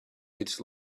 its